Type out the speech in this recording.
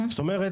זאת אומרת,